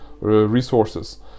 resources